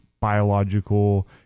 biological